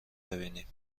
ببینیم